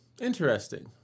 interesting